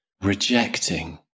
rejecting